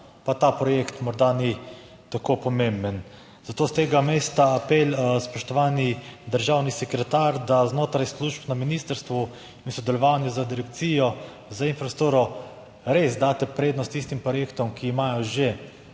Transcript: Pa ta projekt morda ni tako pomemben, zato s tega mesta apel, spoštovani državni sekretar, da znotraj služb na ministrstvu in v sodelovanju z Direkcijo za infrastrukturo, res daste prednost tistim projektom, ki imajo že